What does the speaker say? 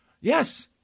Yes